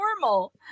normal